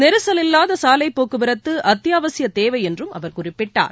நெரிசல் இல்லாத சாலைப் போக்குவரத்து அத்தியாவசிய தேவை என்றும் அவர் குறிப்பிட்டார்